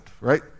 right